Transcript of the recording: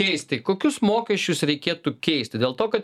keisti kokius mokesčius reikėtų keisti dėl to kad